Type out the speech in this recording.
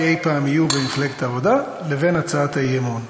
אי-פעם יהיו במפלגת העבודה לבין הצעת האי-אמון.